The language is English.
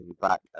back